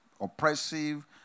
oppressive